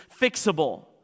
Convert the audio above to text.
fixable